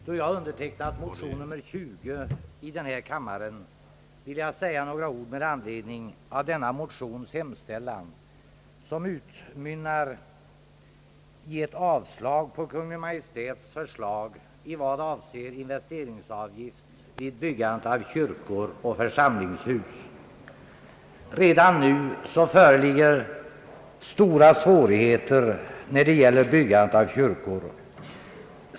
Då jag undertecknat motion nr 20 i denna kammare, vill jag säga några ord med anledning av denna motions hemställan som utmynnar i ett avslag på Kungl. Maj:ts förslag i vad avser investeringsavgift för byggandet av kyrkor och församlingshus, Redan nu föreligger stora svårigheter när det gäller byggandet av kyrkor.